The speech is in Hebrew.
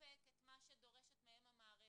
ולספק את מה שדורשת מהם המערכת.